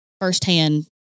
firsthand